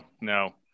no